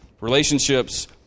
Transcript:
Relationships